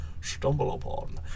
Stumbleupon